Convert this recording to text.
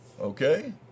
Okay